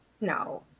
No